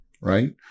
right